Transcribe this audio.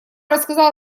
рассказал